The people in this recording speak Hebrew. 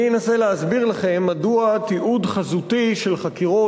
אני אנסה להסביר לכם מדוע תיעוד חזותי של חקירות